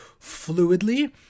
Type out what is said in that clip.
fluidly